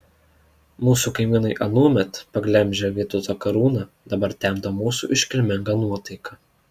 mūsų kaimynai anuomet paglemžę vytauto karūną dabar temdo mūsų iškilmingą nuotaiką